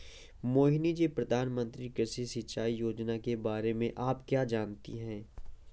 मोहिनी जी, प्रधानमंत्री कृषि सिंचाई योजना के बारे में आप क्या जानती हैं?